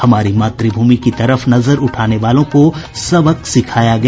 हमारी मातृभूमि की तरफ नजर उठाने वालों को सबक सिखाया गया